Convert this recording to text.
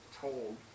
told